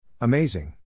Amazing